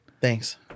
Thanks